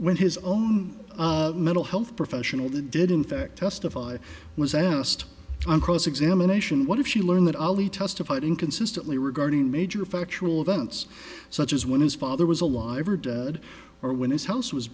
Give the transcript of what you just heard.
when his own mental health professional the did in fact testify was asked on cross examination what if she learned all he testified inconsistently regarding major factual events such as when his father was alive or dead or when his house was